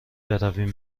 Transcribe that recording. برویم